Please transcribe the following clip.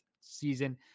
season